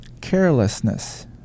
carelessness